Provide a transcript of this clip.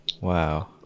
wow